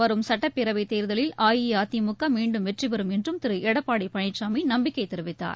வரும் சட்டப்பேரவைத் தேர்தலில் அஇஅதிமுக மீண்டும் வெற்றிபெறும் என்றும் திரு எடப்பாடி பழனிசாமி நம்பிக்கை தெரிவித்தார்